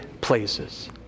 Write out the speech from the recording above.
places